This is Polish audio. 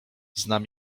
znam